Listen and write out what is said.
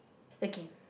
okay